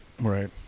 Right